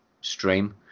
stream